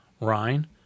Rhine